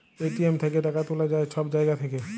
ATM থ্যাইকে টাকা তুলা যায় ছব জায়গা থ্যাইকে